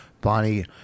Bonnie